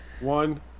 one